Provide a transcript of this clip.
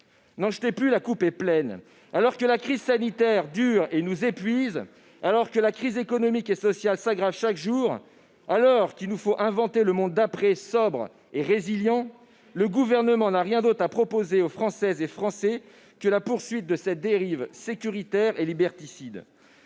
N'en jetez plus, la coupe est pleine ! Alors que la crise sanitaire dure et nous épuise, que la crise économique et sociale s'aggrave jour après jour, qu'il nous faut inventer le monde d'après, sobre et résilient, le Gouvernement n'a rien d'autre à proposer aux Françaises et aux Français que la poursuite de cette dérive sécuritaire et liberticide.